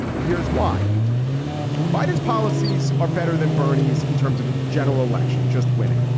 and here's why biden's policies are better than bernie's in terms of a general election just winning.